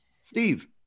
Steve